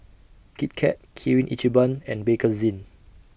Kit Kat Kirin Ichiban and Bakerzin